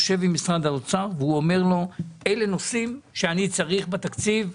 יושב עם משרד האוצר והוא אומר לו אלה נושאים שהוא צריך בתקציב.